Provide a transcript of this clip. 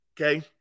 Okay